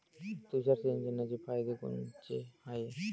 तुषार सिंचनाचे फायदे कोनचे हाये?